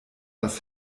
das